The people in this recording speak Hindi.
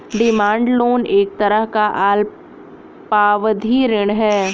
डिमांड लोन एक तरह का अल्पावधि ऋण है